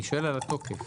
אני שואל על התוקף.